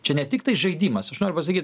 čia ne tik tai žaidimas aš noriu pasakyt